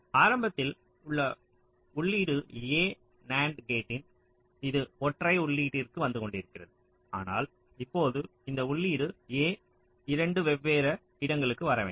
ஆரம்பத்தில் இந்த உள்ளீடு A NAND கேட்டின் இந்த ஒற்றை உள்ளீட்டிற்கு வந்து கொண்டிருந்தது ஆனால் இப்போது இந்த உள்ளீடு A 2 வெவ்வேறு இடங்களுக்கு வர வேண்டும்